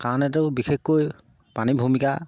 কাৰণেতো বিশেষকৈ পানীৰ ভূমিকা